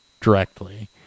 directly